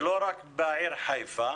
ולא רק בעיר חיפה,